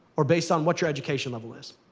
or based on what your education level is.